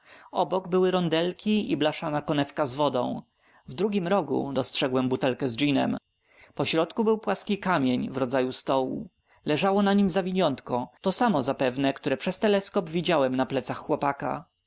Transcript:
obok były rondelki i blaszana konewka z wodą w drugim rogu dostrzegłem butelkę z ginem pośrodku był płaski kamień w rodzaju stołu leżało na nim zawiniątko to samo zapewne które przez teleskop widziałem na plecach chłopaka